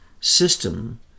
system